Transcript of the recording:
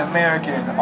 American